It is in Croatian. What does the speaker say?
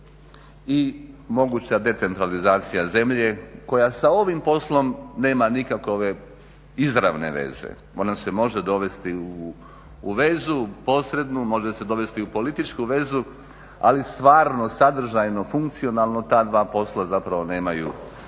i moguća decentralizacija zemlje koja sa ovim poslom nema nikakve izravne veze. Ona se može dovesti u vezu, posrednu, može se dovesti u političku vezu, ali stvarno, sadržajno, funkcionalno ta dva posla zapravo nemaju